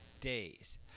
days